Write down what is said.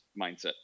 mindset